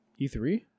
E3